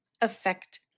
affect